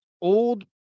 old